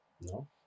No